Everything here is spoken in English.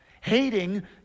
hating